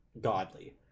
godly